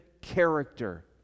character